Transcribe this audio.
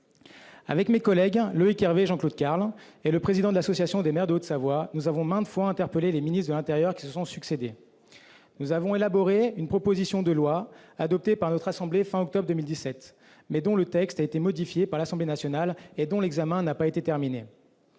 Avec mes collègues Loïc Hervé et Jean-Claude Carle et le président de l'association des maires de Haute-Savoie, nous avons maintes fois interpellé les ministres de l'intérieur successifs. Nous avons élaboré une proposition de loi, qui a été adoptée par notre assemblée fin octobre 2017, mais dont le texte a été modifié par l'Assemblée nationale, sans même que son examen